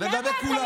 לגבי כולם.